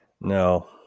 No